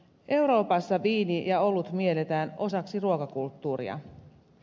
euroopassa viini ja olut mielletään osaksi ruokakulttuuria